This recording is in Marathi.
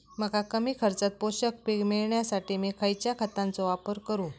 मका कमी खर्चात पोषक पीक मिळण्यासाठी मी खैयच्या खतांचो वापर करू?